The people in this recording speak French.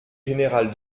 général